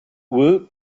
woot